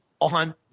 on